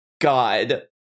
God